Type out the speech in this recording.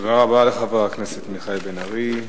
תודה רבה לחבר הכנסת מיכאל בן-ארי.